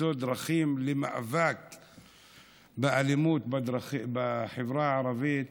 איך אנחנו נאבקים באלימות בחברה הערבית.